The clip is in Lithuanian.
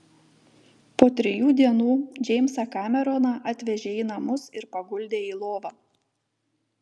po trijų dienų džeimsą kameroną atvežė į namus ir paguldė į lovą